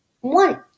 One